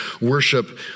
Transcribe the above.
worship